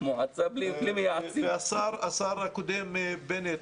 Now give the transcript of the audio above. השר הקודם בנט,